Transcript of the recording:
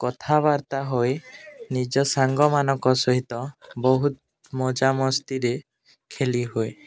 କଥାବାର୍ତ୍ତା ହୋଇ ନିଜ ସାଙ୍ଗମାନଙ୍କ ସହିତ ବହୁତ ମଜାମସ୍ତିରେ ଖେଲି ହୁଏ